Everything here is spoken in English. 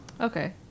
Okay